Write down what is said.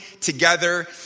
together